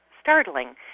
startling